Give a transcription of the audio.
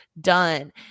done